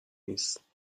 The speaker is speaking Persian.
نیست